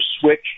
switch